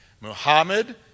Muhammad